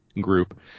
group